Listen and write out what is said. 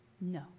No